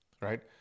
right